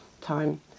time